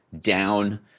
down